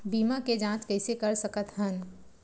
बीमा के जांच कइसे कर सकत हन?